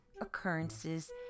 occurrences